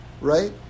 right